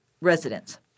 residents